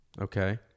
Okay